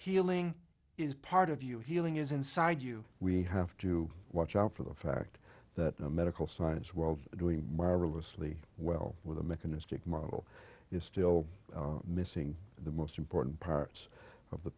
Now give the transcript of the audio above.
healing is part of you healing is inside you we have to watch out for the fact that medical science world doing marvelously well with a mechanistic model is still missing the most important parts of the